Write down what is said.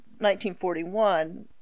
1941